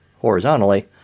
horizontally